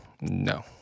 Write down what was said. No